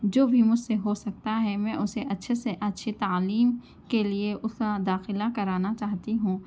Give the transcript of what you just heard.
جو بھی مجھ سے ہو سکتا ہے میں اُسے اچّھے سے اچّھی تعلیم کے لیے اُس کا داخلہ کرانی چاہتی ہوں